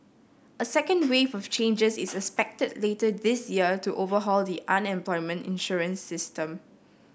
a second wave of changes is expected later this year to overhaul the unemployment insurance system